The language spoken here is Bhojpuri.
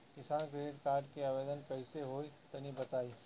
किसान क्रेडिट कार्ड के आवेदन कईसे होई तनि बताई?